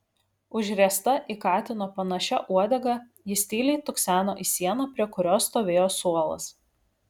užriesta į katino panašia uodega jis tyliai tukseno į sieną prie kurios stovėjo suolas